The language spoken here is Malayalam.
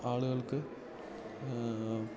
ആളുകൾക്ക്